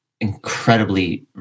incredibly